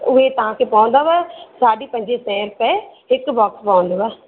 उहे तांखे पोहंदव साढी पंजवीअ सैं रूपे हिक बोक्स पोहंदव